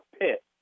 pit